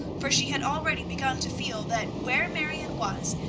for she had already begun to feel that where marion was,